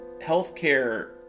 healthcare